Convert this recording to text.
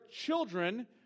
children